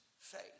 faith